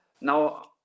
now